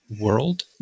world